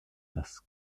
das